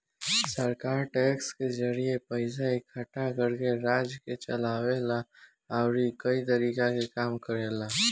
सरकार टैक्स के जरिए पइसा इकट्ठा करके राज्य के चलावे ला अउरी कई तरीका के काम करेला